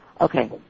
Okay